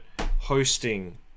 hosting